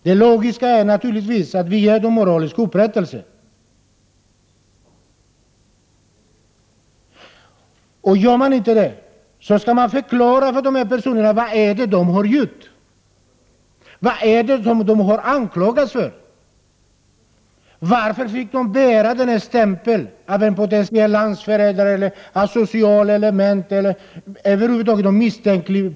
Det logiska är naturligtvis att vi ger dem moralisk upprättelse. Om man inte gör det skall man förklara för dessa människor vad de har gjort och vad de har anklagats för. Man skall förklara för dem varför de fick bära stämpeln av att vara potentiella landsförrädare, asociala element eller misstänkta personer över huvud taget.